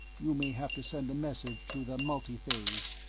you may have to send a message to the multiphase.